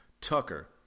tucker